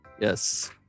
Yes